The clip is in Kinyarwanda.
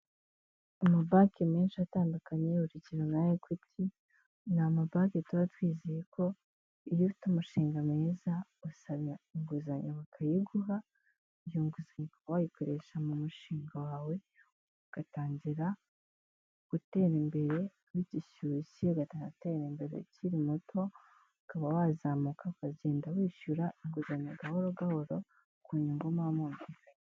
Ama banki menshi atandukanye, urugero nka ekwiti. Ni ama banki tuba twizeye ko iyo ufite umushinga mwiza usaba inguzanyo bakayiguha, iyo nguzanyo ukaba wayikoresha mu mushinga wawe . Ugatangira gutera imbere bigishyushye, ugatera imbere ukiri muto. Ukaba wazamuka ukagenda wishyura inguzanyo gahoro gahoro ku nyungu muba mwumvikanye.